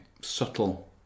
subtle